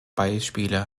beispiele